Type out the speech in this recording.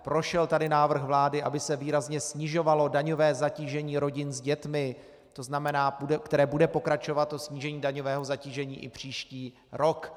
Prošel tady návrh vlády, aby se výrazně snižovalo daňové zatížení rodin s dětmi, které bude pokračovat, to snížení daňového zatížení, i příští rok.